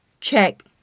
check